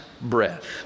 breath